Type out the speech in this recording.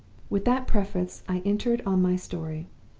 with that preface i entered on my story,